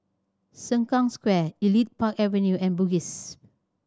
Sengkang Square Elite Park Avenue and Bugis